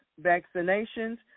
vaccinations